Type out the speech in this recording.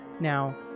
Now